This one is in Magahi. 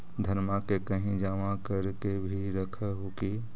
धनमा के कहिं जमा कर के भी रख हू की?